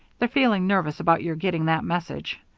they're feeling nervous about your getting that message.